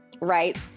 Right